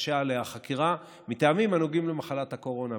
החקירה מטעמים הנוגעים למחלת הקורונה,